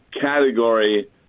category